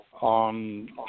on